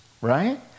right